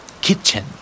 Kitchen